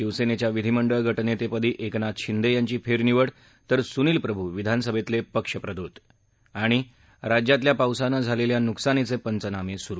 शिवसेनेच्या विधीमंडळ गटनेतेपदी एकनाथ शिंदे यांची फेरनिवड तर सुनील प्रभू विधानसभेतले पक्षप्रतोद राज्यातल्या पावसानं झालेल्या नुकसानीचे पंचनामे सुरू